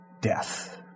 death